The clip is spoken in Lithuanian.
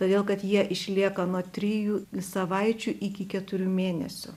todėl kad jie išlieka nuo trijų savaičių iki keturių mėnesių